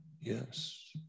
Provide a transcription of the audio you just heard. Yes